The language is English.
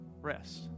rest